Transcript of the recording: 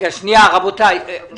אני